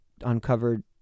uncovered